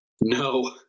No